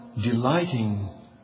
delighting